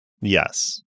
yes